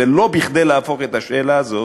ולא כדי להפוך את השאלה הזו,